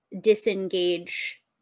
disengage